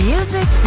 Music